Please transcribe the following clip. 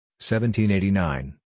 1789